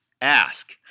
Ask